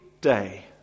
Day